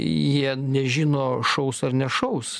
jie nežino šaus ar nešaus